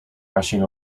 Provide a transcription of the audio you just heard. rushing